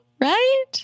right